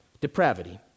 depravity